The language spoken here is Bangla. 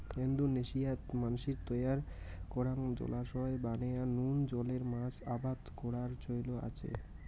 ইন্দোনেশিয়াত মানষির তৈয়ার করাং জলাশয় বানেয়া নুন জলের মাছ আবাদ করার চৈল আচে